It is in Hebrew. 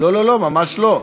לא, ממש לא.